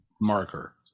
marker